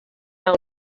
nau